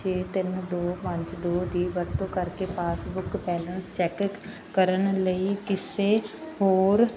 ਛੇ ਤਿੰਨ ਦੋ ਪੰਜ ਦੋ ਦੀ ਵਰਤੋਂ ਕਰਕੇ ਪਾਸਬੁੱਕ ਬੈਲਨ ਚੈੱਕ ਕ ਕਰਨ ਲਈ ਕਿਸੇ ਹੋਰ